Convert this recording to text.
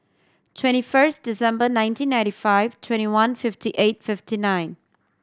twenty first December nineteen ninety five twenty one fifty eight fifty nine